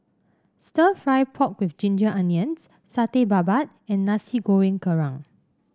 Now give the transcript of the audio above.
stir fry pork with Ginger Onions Satay Babat and Nasi Goreng Kerang